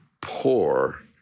poor